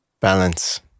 Balance